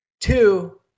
Two